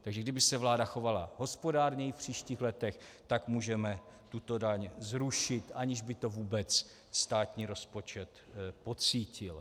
Takže kdyby se vláda chovala hospodárněji v příštích letech, tak můžeme tuto daň zrušit, aniž by to vůbec státní rozpočet pocítil.